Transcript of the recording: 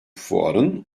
fuarın